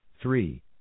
Three